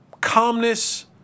Calmness